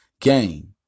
game